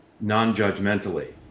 non-judgmentally